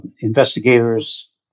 Investigators